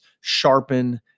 sharpen